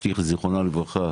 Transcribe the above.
אשתי זיכרונה לברכה